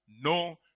No